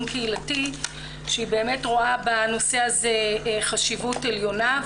קהילתי והיא באמת רואה בנושא הזה חשיבות עליונה.